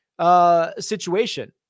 situation